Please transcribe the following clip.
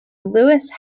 louis